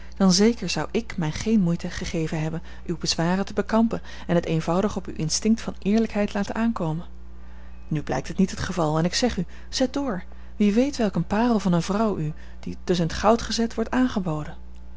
dan zeker zou ik mij geene moeite gegeven hebben uwe bezwaren te bekampen en het eenvoudig op uw instinct van eerlijkheid laten aankomen nu blijkt dit niet het geval en ik zeg u zet door wie weet welk een parel van eene vrouw u dus in t goud gezet wordt aangeboden